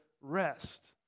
rest